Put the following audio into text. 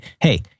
hey